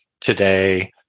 today